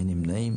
אין נמנעים.